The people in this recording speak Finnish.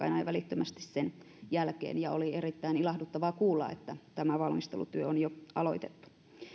ja välittömästi sen jälkeen ja oli erittäin ilahduttavaa kuulla että tämä valmistelutyö on jo aloitettu